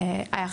ולכן,